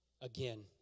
again